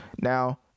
now